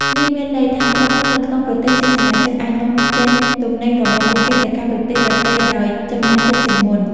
នេះមានន័យថា ក្រុមហ៊ុននៅក្នុងប្រទេសជាសមាជិកអាចនាំចេញទំនិញរបស់ពួកគេទៅកាន់ប្រទេសដទៃដោយចំណាយតិចជាងមុន។